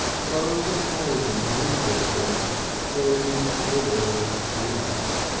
so the poison in his system poisoned the world without.